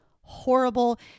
horrible